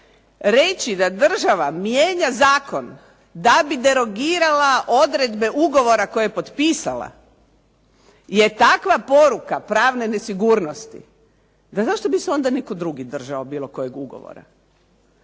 reći da država mijenja zakon da bi derogirala odredbe ugovora koje je potpisala, je takva poruka pravne nesigurnosti, da zašto bi se onda netko drugi držao bilo kojeg ugovora.